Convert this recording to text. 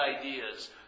ideas